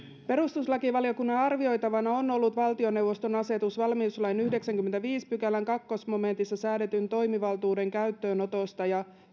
perustuslakivaliokunnan arvioitavana on ollut valtioneuvoston asetus valmiuslain yhdeksännenkymmenennenviidennen pykälän toisessa momentissa säädetyn toimivaltuuden käyttöönotosta ja